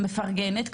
אני מפרגנת,